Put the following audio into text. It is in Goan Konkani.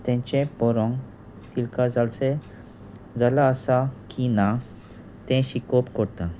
तेंचें बरोंंवंक तल्क जालस जाला आसा की ना तें शिकोवप करता